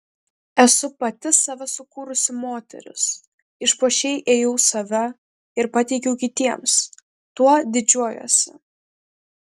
esu pati save sukūrusi moteris išpuošei ėjau save ir pateikiau kitiems tuo didžiuojuosi